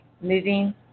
moving